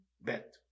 Bet